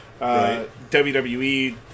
WWE